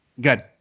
good